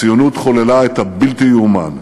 הציונות חוללה את הבלתי-ייאמן,